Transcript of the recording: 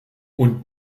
und